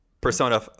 persona